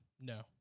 No